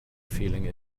feeling